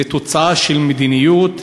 זה תוצאה של מדיניות.